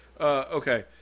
Okay